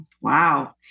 Wow